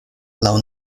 laŭ